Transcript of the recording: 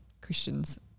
Christians